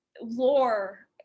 lore